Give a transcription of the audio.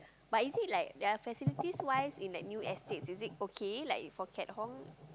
but is it like their facilities wise is that new estate is it okay like for